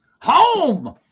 home